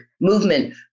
movement